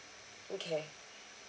okay